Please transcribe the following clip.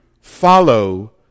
follow